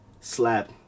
Slap